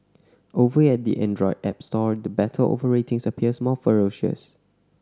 over at the Android app store the battle over ratings appears more ferocious